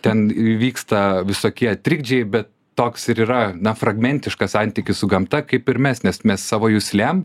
ten vyksta visokie trikdžiai bet toks ir yra na fragmentiškas santykis su gamta kaip ir mes nes mes savo juslėm